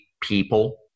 people